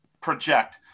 project